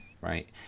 right